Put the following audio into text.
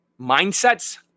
Mindsets